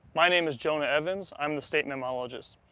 my name is jonah evans, i'm the state mammalogist.